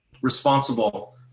responsible